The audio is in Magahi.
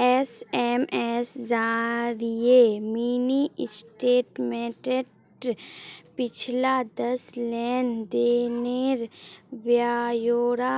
एस.एम.एस जरिए मिनी स्टेटमेंटत पिछला दस लेन देनेर ब्यौरा